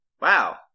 Wow